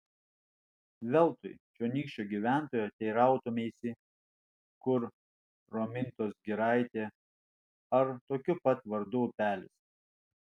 veltui čionykščio gyventojo teirautumeisi kur romintos giraitė ar tokiu pat vardu upelis